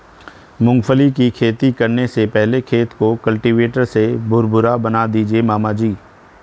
मूंगफली की खेती करने से पहले खेत को कल्टीवेटर से भुरभुरा बना दीजिए मामा जी